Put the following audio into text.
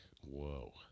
whoa